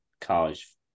college